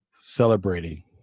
Celebrating